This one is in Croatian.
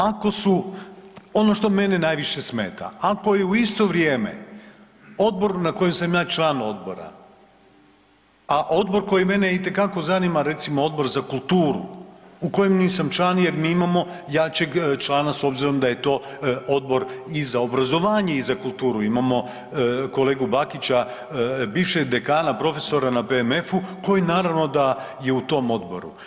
Ako su, ono što mene najviše smeta, ako je u isto vrijeme odboru na kojem sam ja član odbora, a odbor koji mene itekako zanima, recimo Odbor za kulturu, u kojem nisam član jer mi imamo jačeg člana s obzirom da je to Odbor i za obrazovanje i za kulturu, imamo kolegu Bakića bivšeg dekana, profesora na PMF-u koji naravno da je u tom odboru.